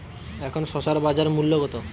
এখন শসার বাজার মূল্য কত?